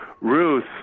Ruth